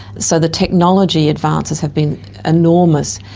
so the technology advances have been enormous.